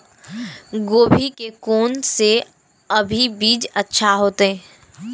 गोभी के कोन से अभी बीज अच्छा होते?